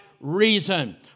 reason